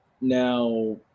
Now